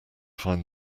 find